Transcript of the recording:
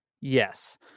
Yes